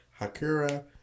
Hakura